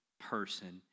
person